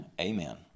amen